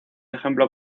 ejemplo